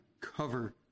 cover